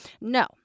No